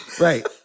right